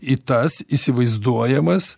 į tas įsivaizduojamas